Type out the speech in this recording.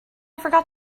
forgot